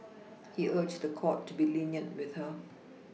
he urged the court to be lenient with her